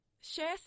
share